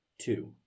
two